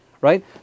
right